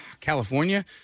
California